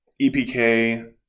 EPK